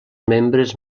membres